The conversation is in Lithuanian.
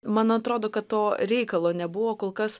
man atrodo kad to reikalo nebuvo kol kas